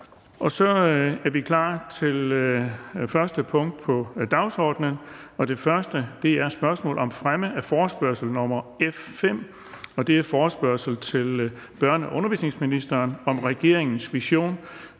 valgt. --- Det første punkt på dagsordenen er: 1) Spørgsmål om fremme af forespørgsel nr. F 5: Forespørgsel til børne- og undervisningsministeren om regeringens vision